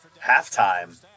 Halftime